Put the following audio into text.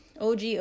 OG